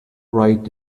right